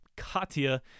Katya